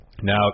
Now